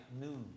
news